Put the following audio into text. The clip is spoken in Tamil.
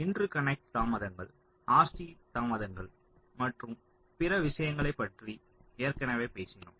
இன்டர்கனக்ட் தாமதங்கள் RC தாமதங்கள் மற்றும் பிற விஷயங்களைப் பற்றி ஏற்கனவே பேசினோம்